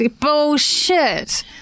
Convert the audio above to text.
Bullshit